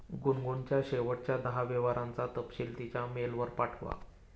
गुनगुनच्या शेवटच्या दहा व्यवहारांचा तपशील तिच्या मेलवर पाठवा